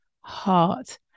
heart